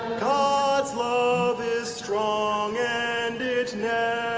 god's love is strong and it